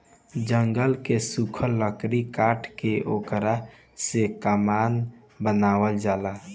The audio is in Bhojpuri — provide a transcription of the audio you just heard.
जंगल के सुखल लकड़ी काट के ओकरा से सामान बनावल जाता